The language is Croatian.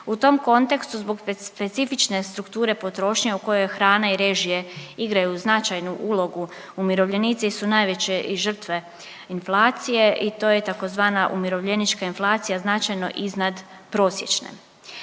U tom kontekstu zbog specifične strukture potrošnje u kojoj hrana i režije igraju značajnu ulogu umirovljenici su najveće i žrtve inflacije i to je tzv. umirovljenička inflacija, značajno iznad prosječne.